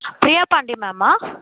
Priya Pandi மேம்மா